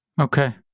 Okay